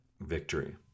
victory